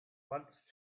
once